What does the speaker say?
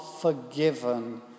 forgiven